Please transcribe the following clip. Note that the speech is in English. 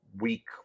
week